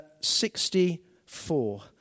64